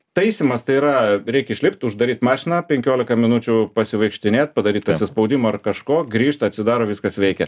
taisymas tai yra reikia išlipt uždaryti mašiną penkiolika minučių pasivaikštinėt padaryt atsispaudimų ar kažko grįžta atsidaro viskas veikia